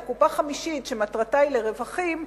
אלא קופה חמישית שמטרתה היא רווחים,